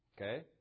okay